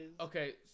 Okay